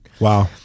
Wow